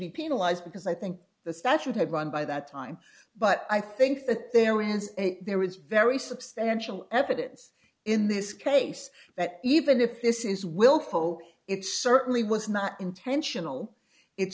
be penalized because i think the statute had run by that time but i think that there is there is very substantial evidence in this case that even if this is will hope it certainly was not intentional it